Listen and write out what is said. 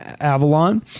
Avalon